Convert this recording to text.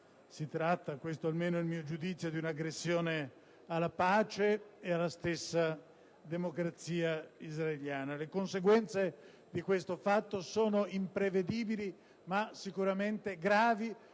si tratta - questo almeno è il mio giudizio - di un'aggressione alla pace e alla stessa democrazia israeliana. Le conseguenze di questo fatto sono imprevedibili, ma sicuramente gravi